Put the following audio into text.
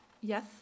Yes